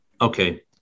Okay